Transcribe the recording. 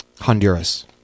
Honduras